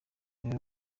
rero